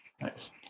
nice